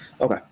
Okay